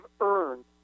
earned